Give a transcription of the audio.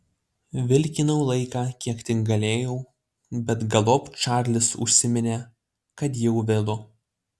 vilkinau laiką kiek tik galėjau bet galop čarlis užsiminė kad jau vėlu